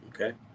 okay